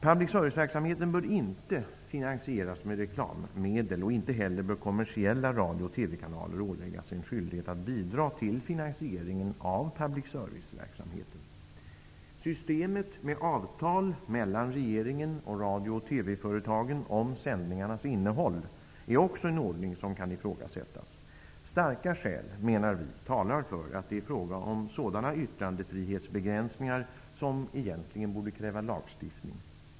Public serviceverksamheten bör inte finansieras med reklammedel och inte heller bör kommersiella radio och TV-kanaler åläggas en skyldighet att bidra till finansieringen av public serviceverksamheten. Systemet med avtal mellan regeringen och radiooch TV-företagen om sändningarnas innehåll är också en ordning som kan ifrågasättas. Vi menar att starka skäl talar för att det är fråga om sådana yttrandefrihetsbegränsningar som egentligen borde kräva lagstiftning.